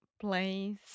place